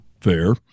fair